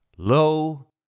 Lo